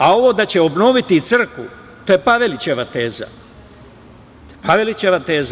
A ovo da će obnoviti crkvu, to je Pavelićeva teza.